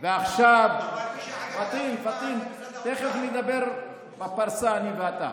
אבל מי, פטין, פטין, תכף נדבר בפרסה, אני ואתה.